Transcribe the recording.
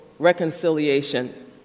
reconciliation